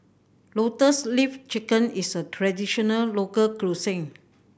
Lotus Leaf Chicken is a traditional local cuisine